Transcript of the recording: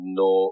no